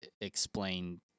explain